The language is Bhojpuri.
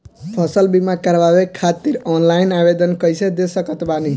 फसल बीमा करवाए खातिर ऑनलाइन आवेदन कइसे दे सकत बानी?